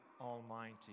Almighty